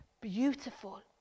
beautiful